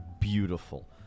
beautiful